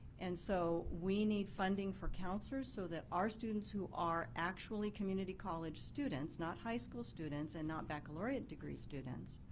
and so, we need funding for counselors so that our students who are actually community college students, not high school students and not baccalaureate degree students,